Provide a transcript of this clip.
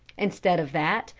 instead of that,